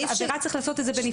כעבירה, צריך לעשות את זה בנפרד.